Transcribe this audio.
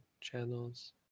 channels